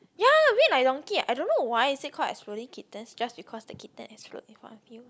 ya a bit like donkey I don't know why is it called exploding kitten just because the kitten explode in front of you